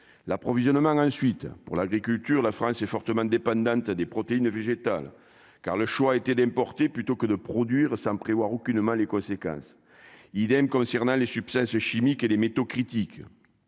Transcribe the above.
l'approvisionnement ensuite pour l'agriculture, la France est fortement dépendante des protéines végétales car le choix a été déporté, plutôt que de produire, ça me prévoir aucunement les conséquences idem concernant les substances chimiques et les métaux critiques